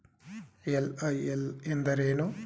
LIL ಎಂದರೇನು?